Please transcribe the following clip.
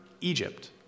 Egypt